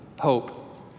hope